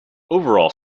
overall